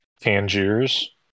Tangiers